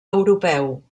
europeu